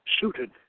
suited